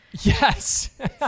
Yes